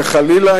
שחלילה,